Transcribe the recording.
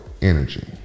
energy